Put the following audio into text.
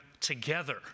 together